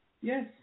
Yes